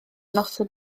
noson